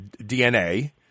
DNA